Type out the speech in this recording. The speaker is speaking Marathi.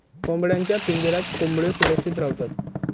कोंबड्यांच्या पिंजऱ्यात कोंबड्यो सुरक्षित रव्हतत